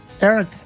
Eric